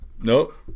Nope